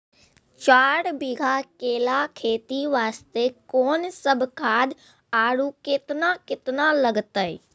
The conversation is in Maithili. चार बीघा केला खेती वास्ते कोंन सब खाद आरु केतना केतना लगतै?